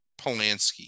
Polanski